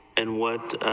and what